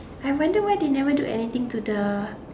I wonder why they never do anything to the